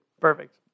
Perfect